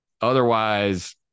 Otherwise